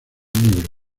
libro